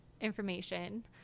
information